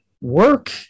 work